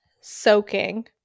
soaking